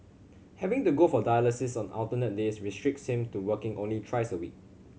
having to go for dialysis on alternate days restricts him to working only thrice a week